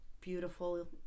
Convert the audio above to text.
beautiful